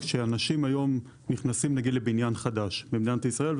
כשאנשים היום נכנסים לבניין חדש במדינת ישראל,